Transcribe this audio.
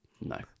No